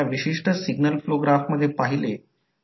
म्हणूनच ही कॉइल आहे ही करंटची दिशा घेत आहे